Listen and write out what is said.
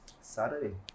Saturday